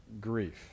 grief